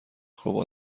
خوب